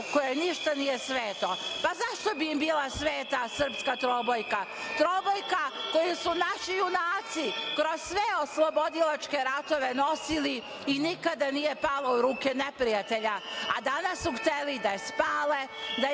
kojoj ništa nije sveto. Pa, zašto bi im bila sveta srpska trobojka, trobojka koju su naši junaci kroz sve oslobodilačke ratove nosili i nikada nije pala u ruke neprijatelja, a danas su hteli da je spale, da je